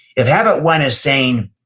if habit one is saying,